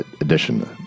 edition